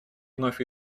вновь